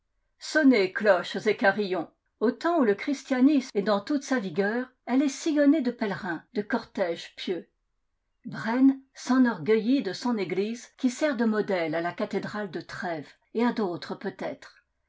sonnez cloches et carillons au temps où le christianisme est dans toute sa vigueur elle est sillonnée de pèlerins de cortèges pieux braisne s'enorgueillit de son église qui sert de modèle à la cathédrale de trêves et à d'autres peut-être